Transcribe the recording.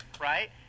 right